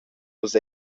nus